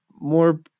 more